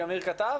בבקשה.